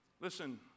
Listen